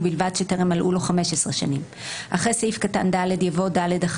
ובלבד שטרם מלאו לו 15 שנים." אחרי סעיף קטן (ד) יבוא: "(ד1)